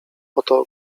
oto